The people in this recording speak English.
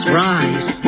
rise